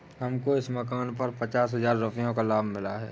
हमको इस मकान पर पचास हजार रुपयों का लाभ मिला है